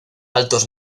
altos